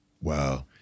Wow